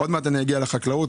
מעט אני אגיע לחקלאות.